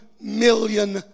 million